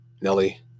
Nelly